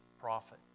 prophet